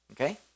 okay